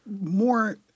more